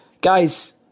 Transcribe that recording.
guys